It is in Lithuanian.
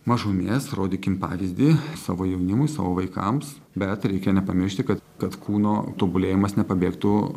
mažumės rodykim pavyzdį savo jaunimui savo vaikams bet reikia nepamiršti kad kad kūno tobulėjimas nepabėgtų